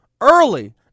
early